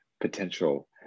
potential